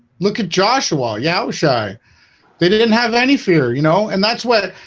look at joshua yahoo! shy they didn't have any fear, you know, and that's what